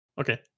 Okay